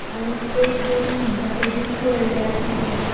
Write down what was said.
आनीक एक दोन म्हयनें जातकीत पळयल्यार कितें